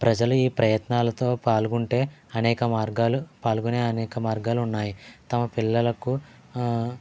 ప్రజలు ఈ ప్రయత్నాలలో పాల్గొంటే అనేక మార్గాలు పాల్గొనే అనేక మార్గాలు ఉన్నాయి తమ పిల్లలకు ఆ